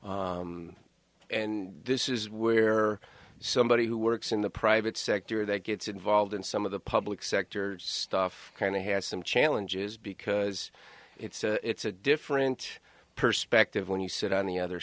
and this is where somebody who works in the private sector that gets involved in some of the public sector stuff kind of has some challenges because it's a different perspective when you sit on the other